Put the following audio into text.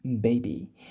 baby